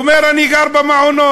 הוא אומר: אני גר במעונות,